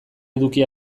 eduki